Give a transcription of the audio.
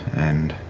and